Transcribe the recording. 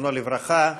זיכרונו לברכה.